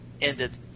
ended